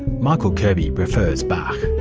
michael kirby prefers bach.